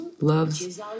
loves